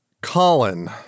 Colin